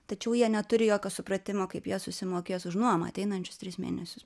tačiau jie neturi jokio supratimo kaip jie susimokės už nuomą ateinančius tris mėnesius